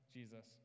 Jesus